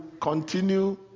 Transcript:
continue